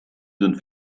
sind